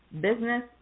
business